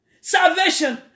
salvation